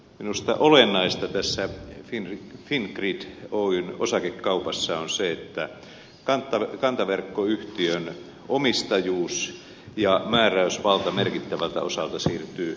minusta olennaista tässä fingrid oyjn osakekaupassa on se että kantaverkkoyhtiön omistajuus ja määräysvalta merkittävältä osalta siirtyvät valtiolle